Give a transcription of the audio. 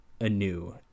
anew